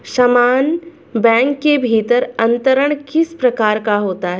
समान बैंक के भीतर अंतरण किस प्रकार का होता है?